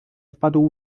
wpadł